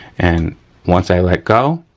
and once i let go,